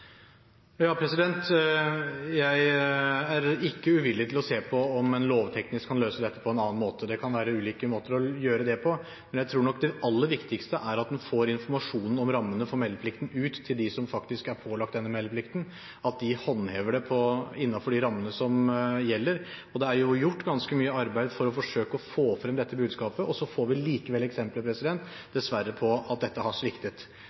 Jeg er ikke uvillig til å se på om en lovteknisk kan løse dette på en annen måte. Det kan være ulike måter å gjøre det på, men jeg tror nok det aller viktigste er at en får informasjonen om rammene for meldeplikten ut til dem som faktisk er pålagt denne meldeplikten – at de håndhever det innenfor de rammene som gjelder. Det er gjort ganske mye arbeid for å forsøke å få frem dette budskapet. Likevel får vi dessverre eksempler på at dette har sviktet.